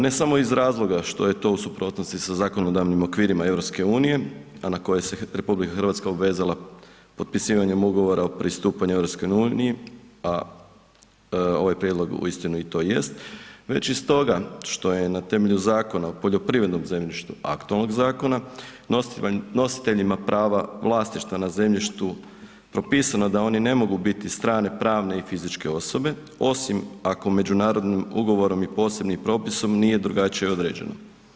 Ne samo iz razloga što je to u suprotnosti sa zakonodavnim okvirima EU, a na koje se RH obvezala potpisivanjem Ugovora o pristupanju EU-i, a ovaj prijedlog uistinu i to jest, već iz toga što je na temelju Zakona o poljoprivrednom zemljištu, aktualnog zakona, nositeljima prava vlasništva na zemljištu propisano da oni ne mogu biti strane pravne i fizičke osobe osim ako međunarodnim ugovorom i posebnim propisom nije drugačije određeno.